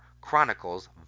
Chronicles